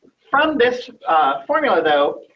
from this formula, though,